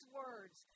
words